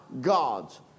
God's